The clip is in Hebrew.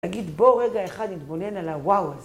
נגיד בוא רגע אחד נתבונן על הוואו הזה